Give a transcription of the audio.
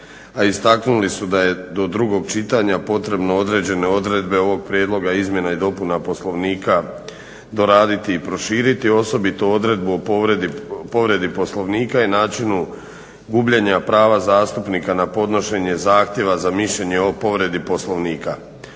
A istaknuli su da je do drugog čitanja potrebno određene odredbe ovog prijedloga izmjena i dopuna Poslovnika doraditi i proširiti osobito odredbu o povredu Poslovnika i načinu gubljenje prava zastupnika na podnošenje zahtjeva za mišljenje o povredi Poslovnika.